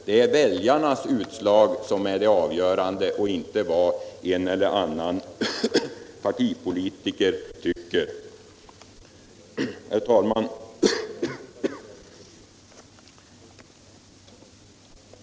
Det är väljarnas utslag som är det avgörande och inte vad en eller annan partipolitiker tycker. Herr talman!